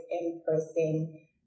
in-person